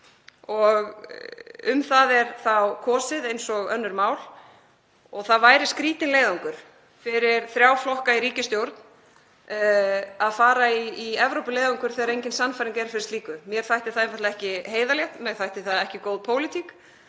og um það er þá kosið eins og önnur mál, að það væri skrýtinn leiðangur fyrir þrjá flokka í ríkisstjórn að fara í Evrópuleiðangurinn þegar engin sannfæring er fyrir slíku. Mér þætti það einfaldlega ekki heiðarlegt, mér þætti það ekki góð pólitík.